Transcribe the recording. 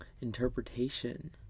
interpretation